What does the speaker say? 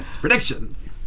Predictions